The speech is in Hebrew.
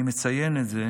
אני מציין את זה